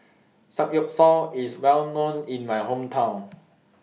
Samgeyopsal IS Well known in My Hometown